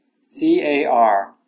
C-A-R